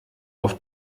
auf